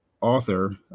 author